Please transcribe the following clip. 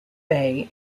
bay